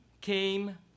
came